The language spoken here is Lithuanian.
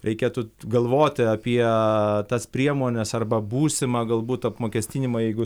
reikėtų galvoti apie tas priemones arba būsimą galbūt apmokestinimą jeigu